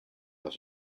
los